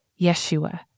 Yeshua